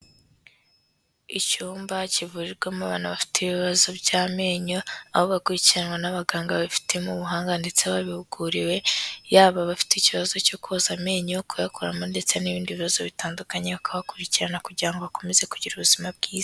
Icyumba kivurirwamo abana bafite ibibazo by'amenyo, aho bakurikiranwa n'abaganga babifitemo ubuhanga ndetse babihuguriwe, yaba abafite ikibazo cyo koza amenyo, kuyakuramo ndetse n'ibindi bibazo bitandukanye bakabakurikirana kugira ngo bakomeze kugira ubuzima bwiza.